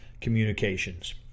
communications